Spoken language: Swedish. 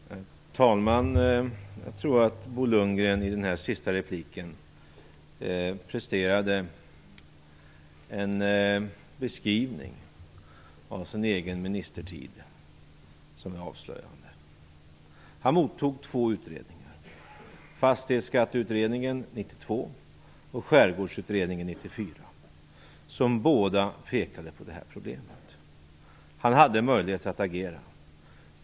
Herr talman! Jag tror att Bo Lundgren i denna sista replik presterade en avslöjande beskrivning av sin egen ministertid. Han mottog två utredningar, Fastighetsskatteutredningen 1992 och Skärgårdsutredningen 1994, som båda pekade på det här problemet. Han hade möjligheter att agera.